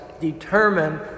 determine